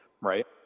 right